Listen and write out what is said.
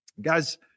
Guys